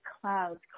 clouds